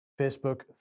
Facebook